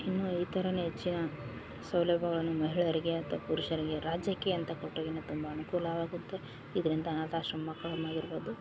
ಇನ್ನು ಈ ಥರ ಹೆಚ್ಚಿನ ಸೌಲಭ್ಯಗಳನ್ನ ಮಹಿಳೆಯರಿಗೆ ಅಥ್ವ ಪುರುಷರಿಗೆ ರಾಜ್ಯಕ್ಕೆ ಅಂತ ಕೊಟ್ಟರೆ ಇನ್ನು ತುಂಬ ಅನುಕೂಲವಾಗುತ್ತೆ ಇದರಿಂದ ಅನಾಥಾಶ್ರಮ್ ಮಕ್ಳನ್ನು ಇರ್ಬೋದು